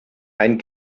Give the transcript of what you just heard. ein